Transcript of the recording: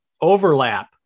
overlap